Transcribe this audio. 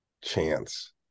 chance